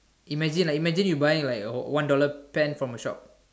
imagine lah imagine you buy like a one dollar pen from a show